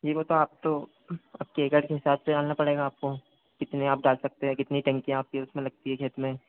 जी वह तो आप तो अब एकड़ के हिसाब से डालना पड़ेगा आपको कितने आप डाल सकते हैं कितने टन की आपकी उसमें लगती है खेत में